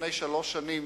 לפני שלוש שנים,